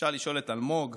אפשר לשאול את אלמוג,